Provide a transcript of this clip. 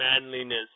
manliness